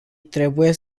trebuie